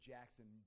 Jackson